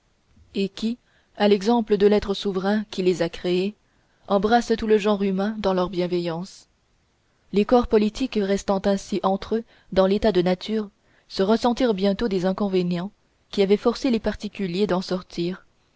et qui à l'exemple de l'être souverain qui les a créés embrassent tout le genre humain dans leur bienveillance les corps politiques restant ainsi entre eux dans l'état de nature se ressentirent bientôt des inconvénients qui avaient forcé les particuliers d'en sortir